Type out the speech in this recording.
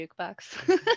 jukebox